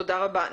תודה רבה.